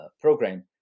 program